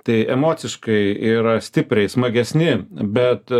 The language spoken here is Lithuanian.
tai emociškai yra stipriai smagesni bet